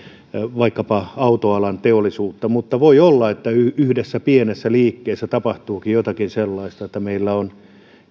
vaikkapa autoalan teollisuutta mutta voi olla että yhdessä pienessä liikkeessä tapahtuukin jotakin sellaista että meillä on